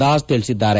ದಾಸ್ ತಿಳಿಸಿದ್ದಾರೆ